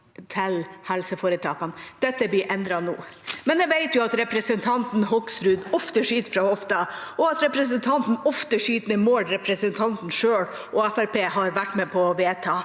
til helseforetakene. Dette blir endret nå. Jeg vet jo at representanten Hoksrud ofte skyter fra hoften, og at representanten ofte skyter mot mål han selv og Fremskrittspartiet har vært med på å vedta.